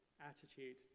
attitude